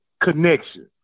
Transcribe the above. connection